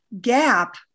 gap